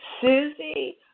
Susie